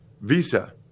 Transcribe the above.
VISA